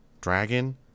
Dragon